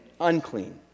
unclean